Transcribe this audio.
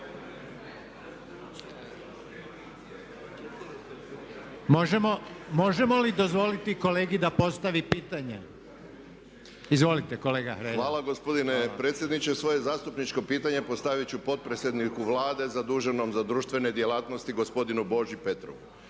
Možemo li dozvoliti kolegi da postavi pitanje? Izvolite kolega Hrelja. **Hrelja, Silvano (HSU)** Hvala gospodine predsjedniče. Svoje zastupničko pitanje postavit ću potpredsjedniku Vlade zaduženom za društvene djelatnosti gospodinu Boži Petrovu.